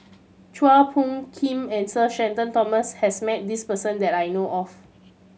Chua Phung Kim and Sir Shenton Thomas has met this person that I know of